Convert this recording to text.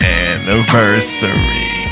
anniversary